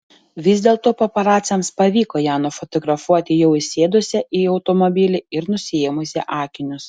vis dėlto paparaciams pavyko ją nufotografuoti jau įsėdusią į automobilį ir nusiėmusią akinius